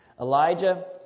Elijah